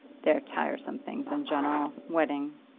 they're tiresome things in general weddings.